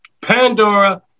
Pandora